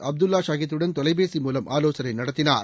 அப்துல்லா ஷாகித் துடன் தொலைபேசி மூலம் ஆலோசனை நடத்தினார்